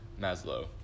Maslow